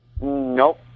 Nope